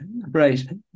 Right